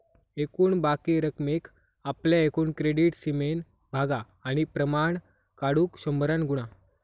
एकूण बाकी रकमेक आपल्या एकूण क्रेडीट सीमेन भागा आणि प्रमाण काढुक शंभरान गुणा